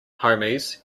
homies